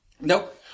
Nope